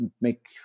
make